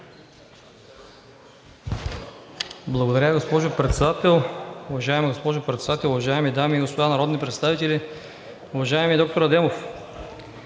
Уважаема госпожо Председател, уважаеми дами и господа народни представители! Уважаеми доктор Адемов,